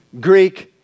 Greek